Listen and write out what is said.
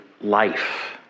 life